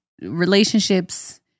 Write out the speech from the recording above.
relationships